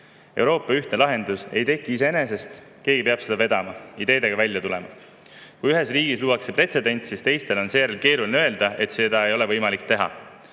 Euroopa ühtne lahendus ei teki iseenesest, keegi peab seda vedama ja ideedega välja tulema. Kui ühes riigis luuakse pretsedent, siis on teistel seejärel keeruline öelda, et seda ei ole võimalik teha.